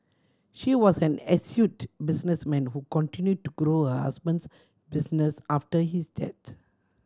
she was an astute businessman who continue to grow her husband's business after his death